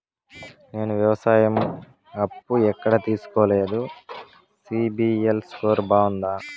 నేను వ్యవసాయం అప్పు ఎక్కడ తీసుకోలేదు, సిబిల్ స్కోరు బాగుందా?